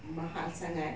mahal sangat